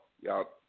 Y'all